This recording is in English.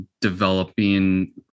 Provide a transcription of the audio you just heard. developing